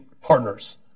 partners